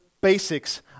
basics